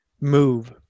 move